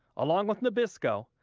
along with nabisco,